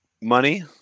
money